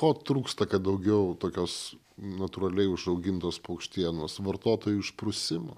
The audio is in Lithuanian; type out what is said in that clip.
ko trūksta kad daugiau tokios natūraliai užaugintos paukštienos vartotojų išprusimo